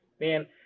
man